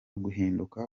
guhinduka